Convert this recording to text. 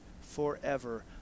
forever